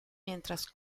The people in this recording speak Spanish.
mientras